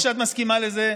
ואני בטוח שאת מסכימה לזה,